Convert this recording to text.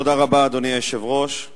תודה רבה, אדוני היושב-ראש.